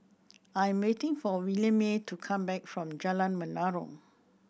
I am waiting for Williemae to come back from Jalan Menarong